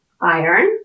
iron